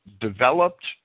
developed